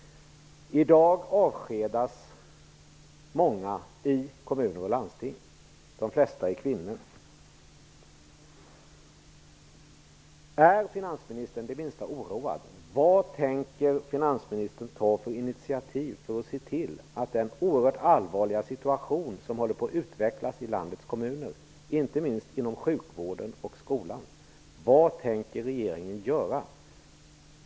I dag avskedas många människor i kommuner och landsting. De flesta är kvinnor. Min sista fråga är: Är finansministern det minsta oroad? Vilka initiativ tänker finansministern ta för att åtgärda den oerhört allvarliga situation som håller på att utvecklas i landets kommuner, inte minst inom sjukvården och skolan? Vad tänker regeringen göra?